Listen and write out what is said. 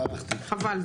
חבל,